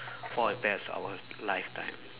for the best our lifetime